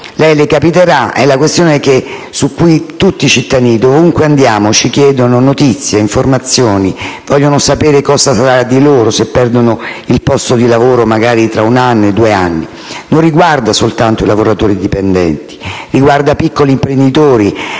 anche a lei: è la questione su cui tutti i cittadini, dovunque andiamo, ci chiedono notizie, informazioni; vogliono sapere cosa ne sarà di loro se perdono il posto di lavoro magari tra uno o due anni. Non riguarda soltanto i lavoratori dipendenti, ma anche piccoli imprenditori